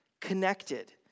connected